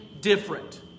different